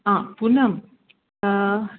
आं पूनम